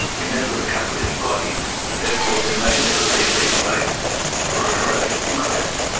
we never recovered any bodies, and therefore there may never be a legal basis for a coronial inquest.